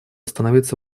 становиться